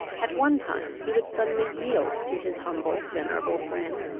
at one time he would suddenly yield to his humble, venerable friend,